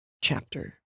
chapter